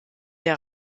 der